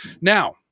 Now